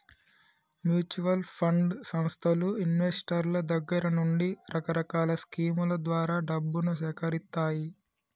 mutual fund సంస్థలు ఇన్వెస్టర్ల దగ్గర నుండి రకరకాల స్కీముల ద్వారా డబ్బును సేకరిత్తాయి